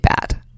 bad